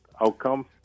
outcome